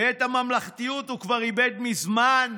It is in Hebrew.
ואת הממלכתיות הוא כבר איבד מזמן,